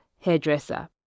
hairdresser